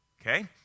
Okay